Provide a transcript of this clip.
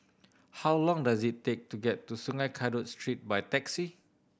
how long does it take to get to Sungei Kadut Street by taxi